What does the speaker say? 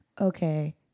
okay